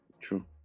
True